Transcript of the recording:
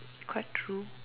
quite true